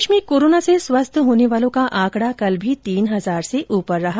प्रदेश में कोरोना से स्वस्थ होने वालों का आंकड़ा कल भी तीन हजार से उपर रहा